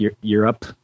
europe